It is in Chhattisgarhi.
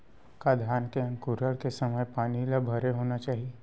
का धान के अंकुरण के समय पानी ल भरे होना चाही?